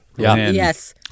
Yes